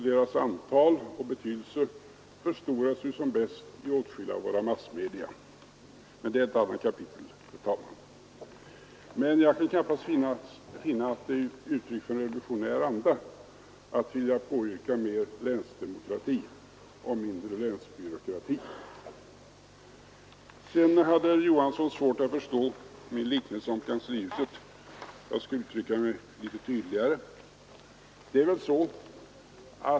Deras antal och betydelse förstoras som bäst i åtskilliga av våra massmedia. Men det är, herr talman, ett annat kapitel. Jag kan dock knappast finna att det är ett uttryck för revolutionär anda att påyrka mer länsdemokrati och mindre länsbyråkrati. Herr Johansson i Trollhättan hade svårt att förstå min liknelse om kanslihuset. Jag skall uttrycka mig litet tydligare.